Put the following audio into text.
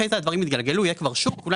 אחר כך יהיה יתגלגלו ויהיה כבר שוק ואולי